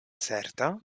certa